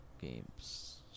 games